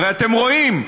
הרי אתם רואים,